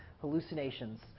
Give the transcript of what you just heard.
hallucinations